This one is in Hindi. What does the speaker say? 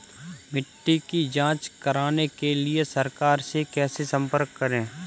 मिट्टी की जांच कराने के लिए सरकार से कैसे संपर्क करें?